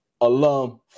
alum